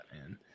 man